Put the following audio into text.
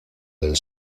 del